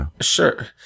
sure